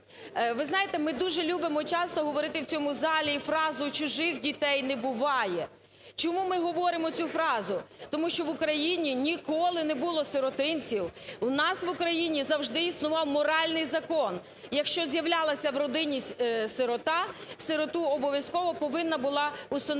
Ви знаєте, ми дуже любимо часто говорити в цьому залі і фразу "чужих дітей не буває". Чому ми говоримо цю фразу? Тому що в Україні ніколи не було сиротинців, у нас в Україні завжди існував моральний закон, якщо з'являлася в родині сирота, сироту обов'язково повинна була усиновити